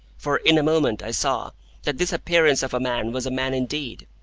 for in a moment i saw that this appearance of a man was a man indeed,